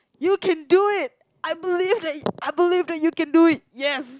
you can do it I believe that I believe that you can do it yes